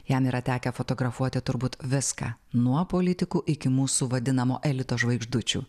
jam yra tekę fotografuoti turbūt viską nuo politikų iki mūsų vadinamo elito žvaigždučių